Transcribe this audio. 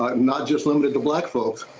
but not just limited to black folks,